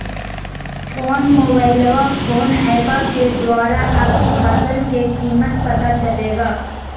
कौन mobile phone app के द्वारा अपन फसल के कीमत पता चलेगा?